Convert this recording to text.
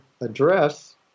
address